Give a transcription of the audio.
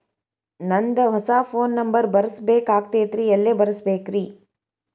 ನಂದ ಹೊಸಾ phone number ಬರಸಬೇಕ್ ಆಗೈತ್ರಿ ಎಲ್ಲೆ ಬರಸ್ಬೇಕ್ರಿ?